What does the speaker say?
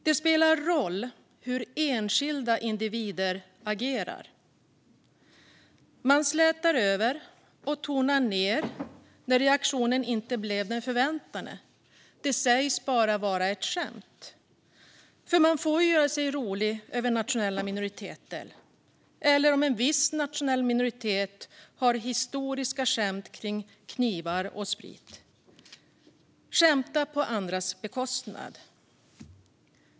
Det spelar roll hur enskilda individer agerar. Man slätar över och tonar ned när reaktionen inte blev den förväntade och säger att det bara var ett skämt. För man får ju göra sig rolig över nationella minoriteter eller över en viss nationell minoritet där det finns historiska skämt om knivar och sprit. Man får ju skämta på andras bekostnad.